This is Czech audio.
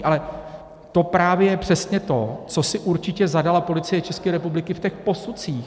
Ale to právě je přesně to, co si určitě zadala Policie České republiky v těch posudcích.